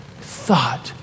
thought